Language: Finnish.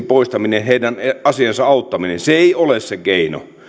poistaminen heidän asiansa auttamiseksi se ei ole se keino